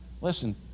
Listen